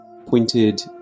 pointed